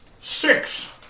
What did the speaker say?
Six